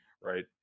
right